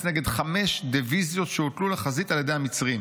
נגד חמש דיוויזיות שהוטלו לחזית על ידי המצרים.